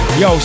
yo